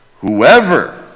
Whoever